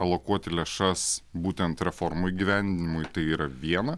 alokuoti lėšas būtent reformų įgyvendinimui tai yra viena